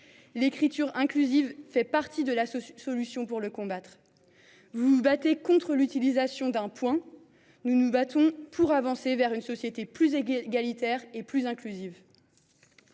L’écriture inclusive fait partie de la solution pour le combattre. Vous vous battez contre l’utilisation d’un point ; nous nous battons pour avancer vers une société plus égalitaire et plus inclusive.